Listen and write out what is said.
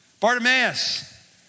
Bartimaeus